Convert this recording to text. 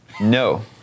No